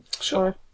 Sure